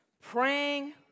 Praying